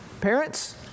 Parents